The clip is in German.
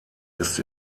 ist